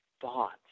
thoughts